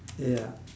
ya